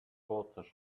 daughter